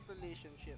relationship